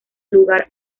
lugar